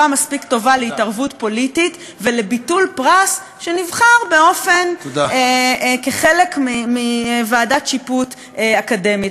מספיק טובה להתערבות פוליטית ולביטול פרס של ועדת שיפוט אקדמית.